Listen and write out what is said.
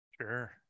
sure